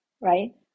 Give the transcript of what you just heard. right